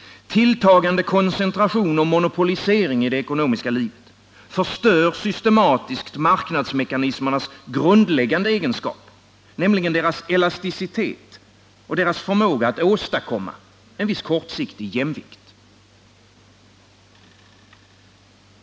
Tilltagande koncentration och monopolisering i det ekonomiska livet förstör systematiskt marknadsmekanismernas grundläggande egenskap, nämligen deras elasticitet och deras förmåga att åstadkomma en viss kortsiktig jämvikt.